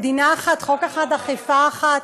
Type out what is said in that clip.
מדינה אחת, חוק אחד, אכיפה אחת.